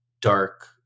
dark